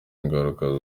ingaruka